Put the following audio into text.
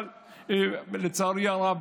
אבל לצערי הרב,